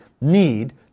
need